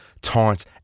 taunt